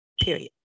Period